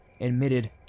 admitted